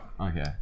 Okay